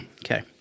Okay